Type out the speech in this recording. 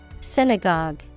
Synagogue